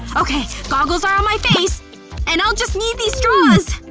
okay, goggles are on my face and i'll just need these straws!